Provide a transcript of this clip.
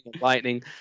lightning